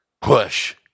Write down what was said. Push